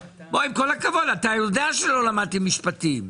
הכבוד אתה יודע שלא למדתי משפטים.